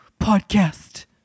podcast